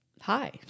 hi